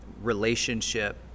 relationship